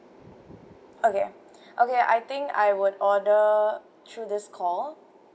okay okay I think I would order through this call